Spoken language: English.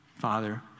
Father